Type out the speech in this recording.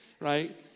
Right